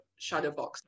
Shadowbox